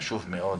חשוב מאוד